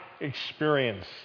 experience